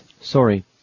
Sorry